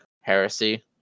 heresy